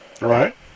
Right